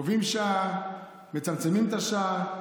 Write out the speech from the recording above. קובעים שעה, מצמצמים את השעה,